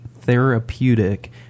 therapeutic